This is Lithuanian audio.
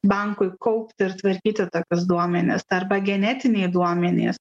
bankui kaupti ir tvarkyti tokius duomenis arba genetiniai duomenys